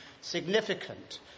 significant